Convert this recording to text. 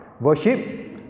Worship